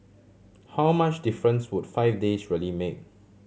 how much difference would five days really make